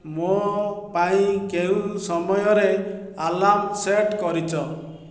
ମୋ ପାଇଁ କେଉଁ ସମୟରେ ଆଲାର୍ମ ସେଟ୍ କରିଛ